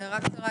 הערה קצרה.